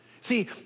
See